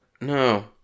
no